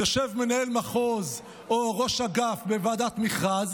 יושב מנהל מחוז או ראש אגף בוועדת מכרז,